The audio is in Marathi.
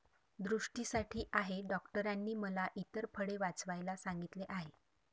दृष्टीसाठी आहे डॉक्टरांनी मला इतर फळे वाचवायला सांगितले आहे